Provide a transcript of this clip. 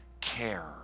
care